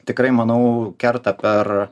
tikrai manau kerta per